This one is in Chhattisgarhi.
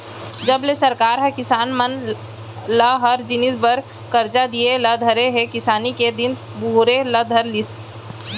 जब ले सरकार ह किसान मन ल हर जिनिस बर करजा दिये ल धरे हे किसानी के दिन बहुरे ल धर लिस